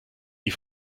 die